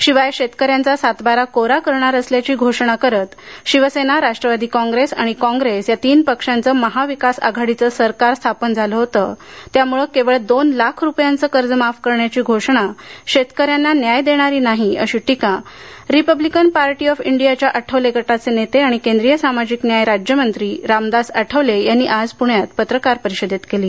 शिवाय शेतकऱ्याचा सातबारा कोरा करणार असल्याची घोषणा करीत शिवसेना राष्ट्रवादी काँग्रेस आणि काँग्रेस या तीन पक्षांचे महाविकास आघाडीचे सरकार स्थापन झाले होते त्यामुळे केवळ दोन लाख रुपयांचे कर्ज माफ करण्याची घोषणा शेतकऱ्यांना न्याय देणारी नाही अशी टीका रिपब्लिकन पार्टी ऑफ इंडियाच्या आठवले गटाचे नेते आणि केंद्रीय सामाजिक न्याय राज्यमंत्री रामदास आठवले यांनी आज पुण्यात पत्रकार परिषदेत केली